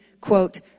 quote